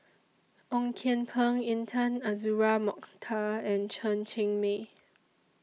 Ong Kian Peng Intan Azura Mokhtar and Chen Cheng Mei